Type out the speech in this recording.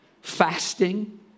Fasting